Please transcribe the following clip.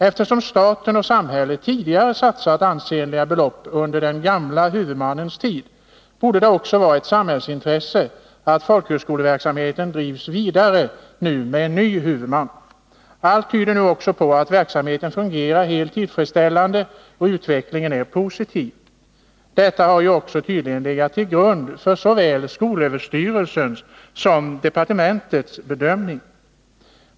Eftersom staten och samhället tidigare satsat ansenliga belopp under den gamla huvudmannens tid, borde det också vara ett samhällsintresse att folkhögskoleverksamheten drivs vidare med ny huvudman. Allt tyder nu också på att verksamheten fungerar helt tillfredsställande, och utvecklingen är positiv. Detta har tydligen också legat till grund för såväl skolöverstyrelsens som departementets bedömning.